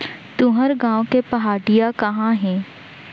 तुंहर गॉँव के पहाटिया कहॉं हे?